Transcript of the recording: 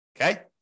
Okay